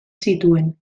zituen